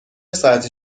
ساعتی